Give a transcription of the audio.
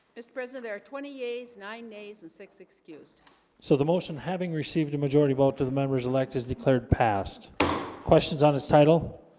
mr. president there are twenty yeas nine days and six excused so the motion having received a majority vote to the members elect is declared passed questions on his title